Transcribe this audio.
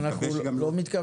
אני גם מקווה שלא תאשרו.